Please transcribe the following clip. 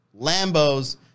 Lambos